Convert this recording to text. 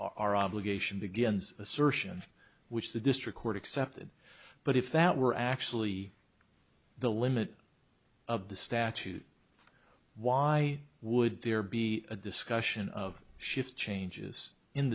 our obligation begins assertions which the district court accepted but if that were actually the limit of the statute why would there be a discussion of shift changes in